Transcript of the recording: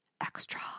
extra